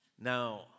now